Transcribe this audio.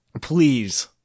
Please